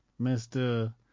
Mr